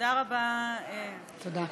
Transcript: תודה רבה, תודה.